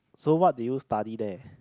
so what did you study there